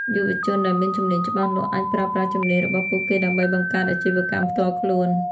យុវជនដែលមានជំនាញច្បាស់លាស់ អាចប្រើប្រាស់ជំនាញរបស់ពួកគេដើម្បីបង្កើតអាជីវកម្មផ្ទាល់ខ្លួន។